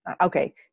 Okay